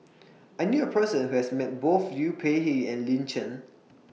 I knew A Person Who has Met Both Liu Peihe and Lin Chen